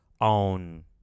own